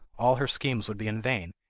all her schemes would be in vain,